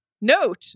note